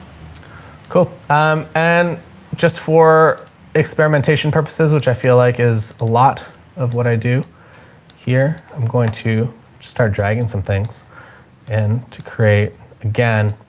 cool. um, and just for experimentation purposes, which i feel like is a lot of what i do here, i'm going to just start dragging some things and to create again,